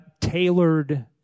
tailored